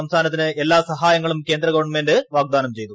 സംസ്ഥാനത്തിന് എല്ലാ സഹായങ്ങളും കേന്ദ്ര ഗവൺമെന്റ് വാഗ്ദാനം ചെയ്തു